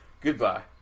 Goodbye